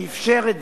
שאפשר את